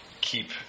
keep